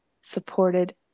supported